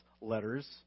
letters